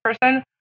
person